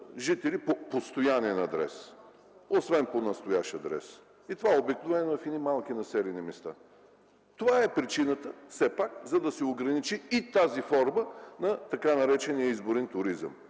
жители по постоянен адрес, освен по настоящ адрес, и това обикновено е в едни малки населени места. Това е причината все пак да се ограничи и тази форма на така наречения изборен туризъм,